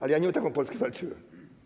Ale ja nie o taką Polskę walczyłem.